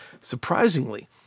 Surprisingly